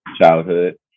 childhood